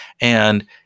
and-